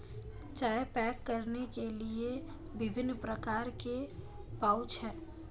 चाय पैक करने के लिए विभिन्न प्रकार के पाउच हैं